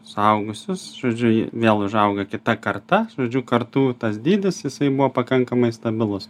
suaugusius žodžiu ji vėl užauga kita karta žodžiu kartų tas dydis jisai buvo pakankamai stabilus